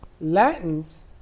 Latins